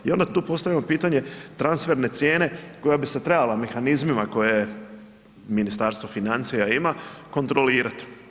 I onda tu postavljamo pitanje transferne cijene koja bi se trebala mehanizmima koje Ministarstvo financija ima kontrolirati.